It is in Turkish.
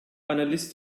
analist